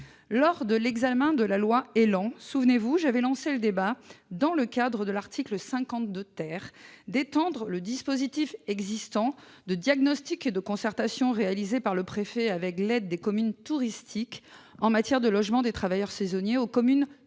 Lors de l'examen de la loi Élan, souvenez-vous, j'avais lancé le débat, au titre l'article 52 j'avais proposé d'étendre le dispositif existant de diagnostic et de concertation réalisé par le préfet avec l'aide des communes touristiques en matière de logement des travailleurs saisonniers aux communes non touristiques